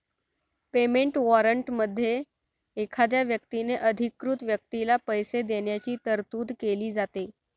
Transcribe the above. payment वॉरंटमध्ये एखाद्या व्यक्तीने अधिकृत व्यक्तीला पैसे देण्याची तरतूद केली जाते